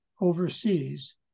overseas